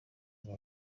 kuba